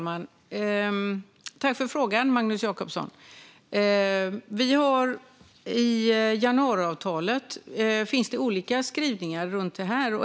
Herr talman! I januariavtalet finns det olika skrivningar om det här.